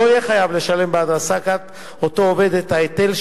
לא יהיה חייב לשלם בעד העסקת אותו עובד את ההיטל,